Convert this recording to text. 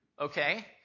okay